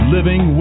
Living